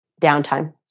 downtime